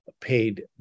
paid